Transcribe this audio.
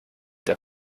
der